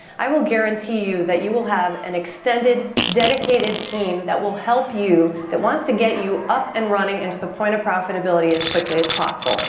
i will guarantee you that you will have an extended, dedicated team that will help you, that wants to get you up and running and to the point of profitability as quickly as possible.